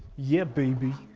yeah baby.